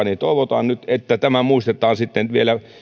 niin toivotaan nyt että maatalouden kohdalla tämä muistetaan sitten vielä